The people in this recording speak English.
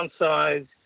downsize